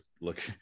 Look